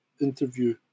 interview